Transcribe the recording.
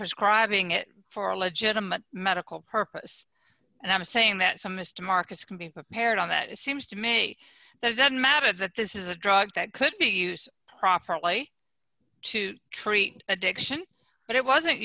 prescribing it for a legitimate medical purpose and i'm saying that some mister marcus can be paired on that it seems to me that it doesn't matter that this is a drug that could be used properly to treat addiction but it wasn't